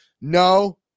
no